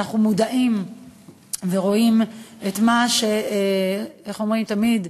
אנחנו מודעים ורואים את מה שאומרים תמיד: